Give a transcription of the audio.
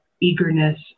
eagerness